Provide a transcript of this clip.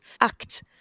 act